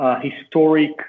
historic